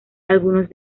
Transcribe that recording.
algunos